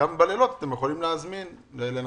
אתם יכולים להזמין אנשים לבוא לבדיקה בלילות,